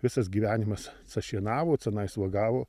visas gyvenimas ca šienavo cenais uogavo